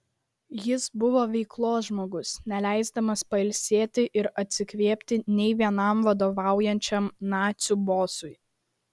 jis buvo veiklos žmogus neleisdamas pailsėti ir atsikvėpti nei vienam vadovaujančiam nacių bosui